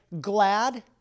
glad